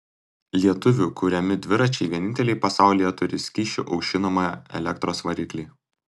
lietuvių kuriami dviračiai vieninteliai pasaulyje turi skysčiu aušinamą elektros variklį